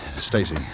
Stacy